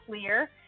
clear